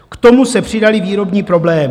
K tomu se přidaly výrobní problémy.